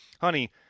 honey